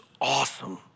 awesome